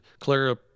Clara